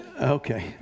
Okay